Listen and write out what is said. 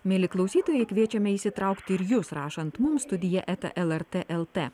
mieli klausytojai kviečiamia įsitraukti ir jus rašant mums studija eta lrt el t